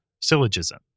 syllogism